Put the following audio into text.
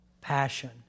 passion